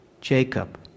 Jacob